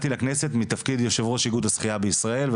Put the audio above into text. לכנסת בתפקיד יושב ראש איגוד השחייה בישראל,